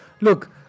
look